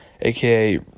AKA